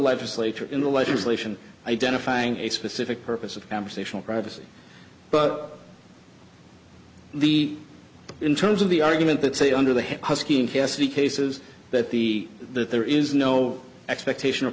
legislature in the legislation identifying a specific purpose of conversational privacy but the in terms of the argument that say under the head yes the cases that the that there is no expectation of